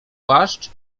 płaszcz